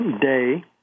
Day